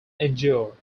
endure